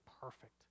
perfect